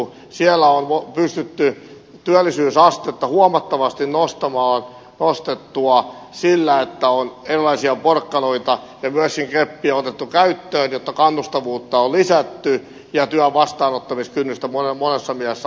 siellä on pystytty työllisyysas tetta huomattavasti nostamaan sillä että on erilaisia porkkanoita ja myöskin keppi otettu käyttöön jotta kannustavuutta on lisätty ja työn vastaanottamiskynnystä monessa mielessä alennettu